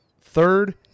third